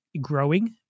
growing